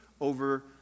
over